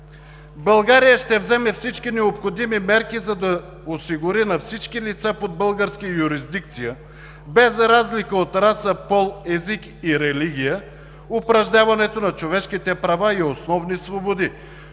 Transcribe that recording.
България ще вземе всички необходими мерки, за да осигури на всички лица под българска юрисдикция, без разлика от раса, пол, език и религия, упражняването на човешките права и основни свободи,